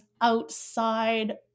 outside